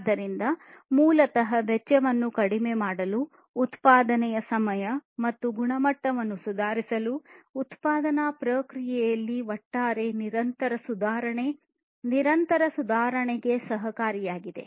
ಆದ್ದರಿಂದ ಮೂಲತಃ ವೆಚ್ಚವನ್ನು ಕಡಿಮೆ ಮಾಡಲು ಉತ್ಪಾದನೆಯ ಸಮಯ ಮತ್ತು ಗುಣಮಟ್ಟವನ್ನು ಸುಧಾರಿಸಲು ಉತ್ಪಾದನಾ ಪ್ರಕ್ರಿಯೆಯಲ್ಲಿ ಒಟ್ಟಾರೆ ನಿರಂತರ ಸುಧಾರಣೆಗೆ ಸಹಕಾರಿಯಾಗಿದೆ